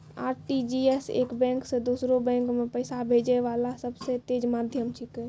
RTGS एक bank से दोसरो बैंक मे पैसा भेजै वाला सबसे तेज माध्यम छिकै